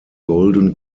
golden